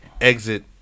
exit